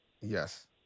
Yes